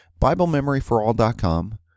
BibleMemoryForAll.com